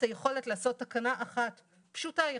היכולת לעשות תקנה אחת פשוטה יחסית,